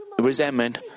resentment